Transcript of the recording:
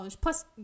plus